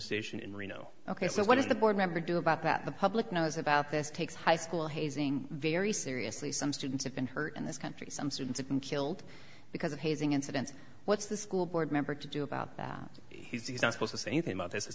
station in reno ok so what is the board member do about that the public knows about this takes high school hazing very seriously some students have been hurt in this country some students have been killed because of hazing incidents what's the school board member to do about that he's not supposed to say anything about th